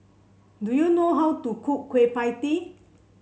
do you know how to cook Kueh Pie Tee